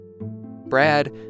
Brad